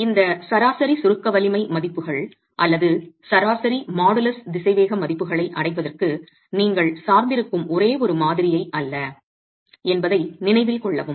எனவே இந்த சராசரி சுருக்க வலிமை மதிப்புகள் அல்லது சராசரி மாடுலஸ் திசைவேக மதிப்புகளை அடைவதற்கு நீங்கள் சார்ந்திருக்கும் ஒரே ஒரு மாதிரியை அல்ல என்பதை நினைவில் கொள்ளவும்